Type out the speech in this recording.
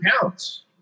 pounds